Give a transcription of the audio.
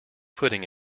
putting